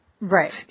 Right